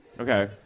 Okay